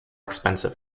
expensive